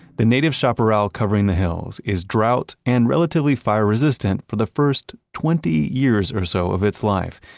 the native chaparral covering the hills is drought and relatively fire resistant for the first twenty years or so of its life,